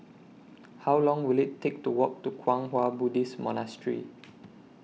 How Long Will IT Take to Walk to Kwang Hua Buddhist Monastery